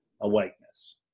awakeness